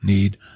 need